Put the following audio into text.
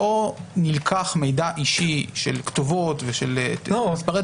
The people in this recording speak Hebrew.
לא נלקח מידע אישי של כתובות ושל מספרי